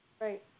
Right